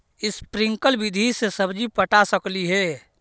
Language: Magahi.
स्प्रिंकल विधि से सब्जी पटा सकली हे?